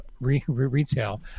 retail